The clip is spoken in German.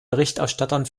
berichterstattern